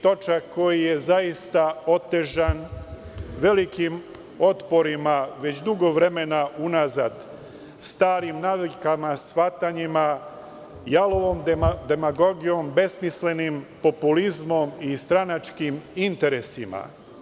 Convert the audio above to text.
Točak koji je zaista otežan velikim otporima, već dugo vremena unazad, starim navikama, shvatanjima, jalovom demagogijom, besmislenim populizmom i stranačkim interesima.